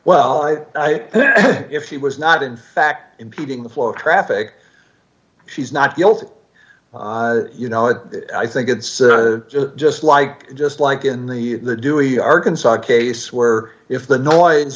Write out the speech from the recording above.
well if she was not in fact impeding the flow traffic she's not guilty you know it i think it's just like just like in the dewey arkansas case where if the noise